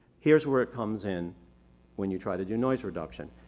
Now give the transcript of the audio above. here's where it comes in when you try to do noise reduction.